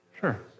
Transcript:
Sure